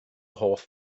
hoff